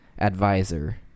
advisor